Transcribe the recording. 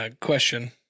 question